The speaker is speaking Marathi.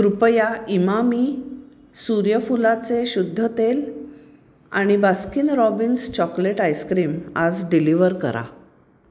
कृपया इमामी सूर्यफुलाचे शुद्ध तेल आणि बास्किन रॉबिन्स चॉकलेट आईस्क्रीम आज डिलिव्हर करा